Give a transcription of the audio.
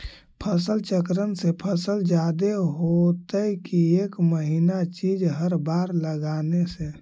फसल चक्रन से फसल जादे होतै कि एक महिना चिज़ हर बार लगाने से?